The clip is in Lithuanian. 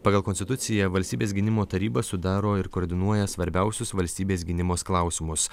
pagal konstituciją valstybės gynimo taryba sudaro ir koordinuoja svarbiausius valstybės gynybos klausimus